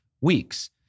weeks